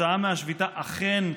כתוצאה מהשביתה אכן,